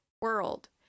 World